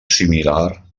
similar